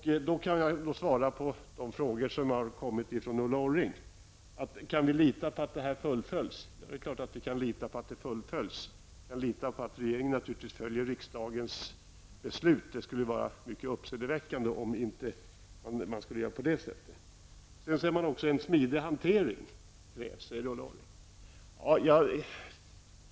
Jag kan säga till Ulla Orring som frågar om vi kan lita på att detta fullföljs: Det är klart att vi kan lita på att regeringen naturligtvis fullföljer riksdagens beslut. Det skulle vara mycket uppseendeväckande om man inte skulle göra det. Sedan efterlyser Ulla Orring en smidig hantering.